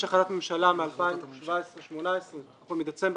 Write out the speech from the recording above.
יש החלטת ממשלה מ-2018-2017 או מדצמבר